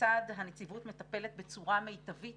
כיצד הנציבות מטפלת בצורה מיטבית